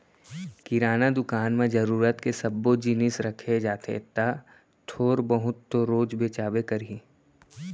किराना दुकान म जरूरत के सब्बो जिनिस रखे जाथे त थोर बहुत तो रोज बेचाबे करही